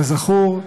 כזכור,